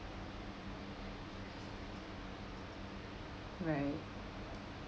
right